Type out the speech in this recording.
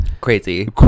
crazy